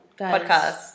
podcast